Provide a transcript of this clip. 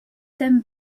them